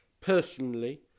personally